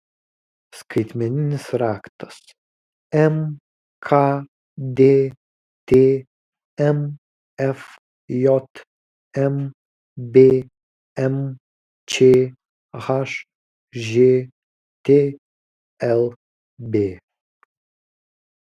skaitmeninis raktas mkdt mfjm bmčh žtlb